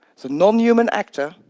the non-human actor,